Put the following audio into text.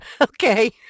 Okay